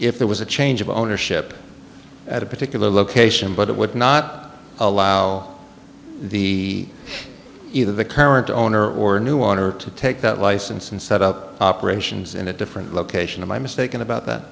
if there was a change of ownership at a particular location but it would not allow the either the current owner or a new owner to take that license and set up operations in a different location of my mistaken about that